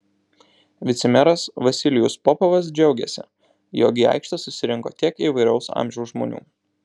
vicemeras vasilijus popovas džiaugėsi jog į aikštę susirinko tiek įvairaus amžiaus žmonių